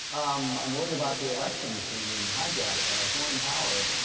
i'm worried about the elections being hijacked by a foreign power,